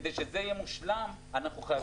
כדי שזה יהיה מושלם, אנחנו חייבים את הזמן.